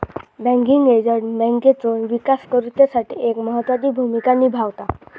banking agent बँकेचो विकास करुच्यासाठी एक महत्त्वाची भूमिका निभावता